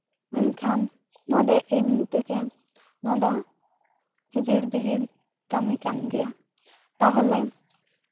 ᱢᱮᱱᱠᱷᱟᱱ ᱱᱚᱰᱮ ᱮᱢᱱᱤ ᱛᱮᱜᱮ ᱱᱚᱣᱟ ᱫᱚ ᱦᱤᱡᱤᱲ ᱵᱤᱡᱤᱲ ᱠᱟᱹᱢᱤ ᱠᱟᱱ ᱜᱮᱭᱟ ᱛᱟᱦᱞᱮ